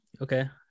Okay